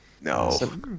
No